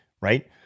right